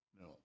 No